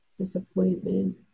disappointment